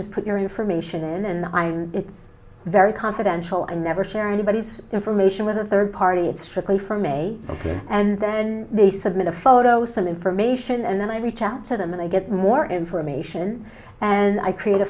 just put your information in and i'm very confidential and never share anybody's information with a third party it's strictly from a ok and then they submit a photocell information and then i reach out to them and i get more information and i create a